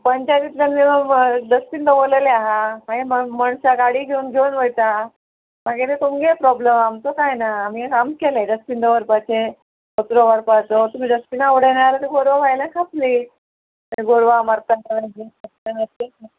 पंचायतींतल्यान डस्टबीन दवरलेले आहा मागीर मण मणशां गाडी घेवन घेवन वयता मागीर ते तुमगे प्रोब्लम आमचो कांय ना आमगें काम केलें डस्टबीन दवरपाचें कचरो व्हरपाचो तुमी डस्टबिना उडयना जाल्यार गोरवां भायल्यान खातली गोरवां मरता म्हण